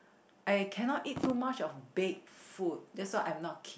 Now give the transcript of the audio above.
I cannot eat too much of baked food that's why I'm not keen